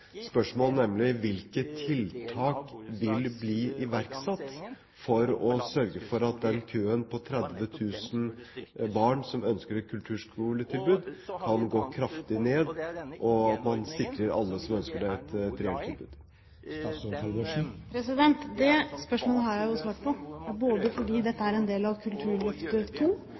spørsmål: Hvilke tiltak vil bli iverksatt for å sørge for at den køen på 30 000 barn som ønsker et kulturskoletilbud, kan gå kraftig ned, og at man sikrer alle som ønsker det, et reelt tilbud? Det spørsmålet har jeg svart på, både fordi dette er en del av Kulturløftet